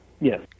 Yes